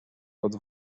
pod